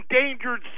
endangered